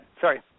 sorry